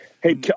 Hey